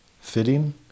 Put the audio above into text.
fitting